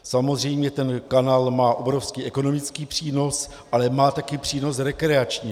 Samozřejmě ten kanál má obrovský ekonomický přínos, ale má také přínos rekreační.